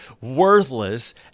worthless